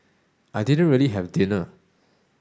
I didn't really have dinner